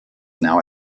now